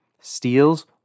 Steals